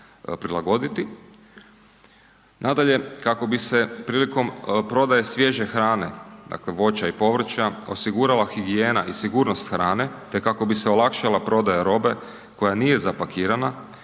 prilagoditi. Nadalje, kako bi se prilikom prodaje svježe hrane, dakle voća i povrća osigurala higijena i sigurnost hrane te kako bi se olakšala prodaja robe koja nije zapakirana